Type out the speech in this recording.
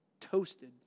toasted